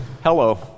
Hello